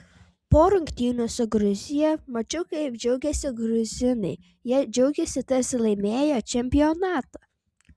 po rungtynių su gruzija mačiau kaip džiaugėsi gruzinai jie džiaugėsi tarsi laimėję čempionatą